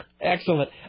Excellent